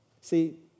See